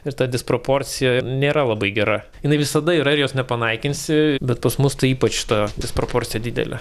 ir ta disproporcija nėra labai gera jinai visada yra ir jos nepanaikinsi bet pas mus tai ypač ta disproporcija didelė